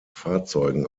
fahrzeugen